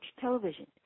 television